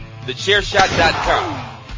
Thechairshot.com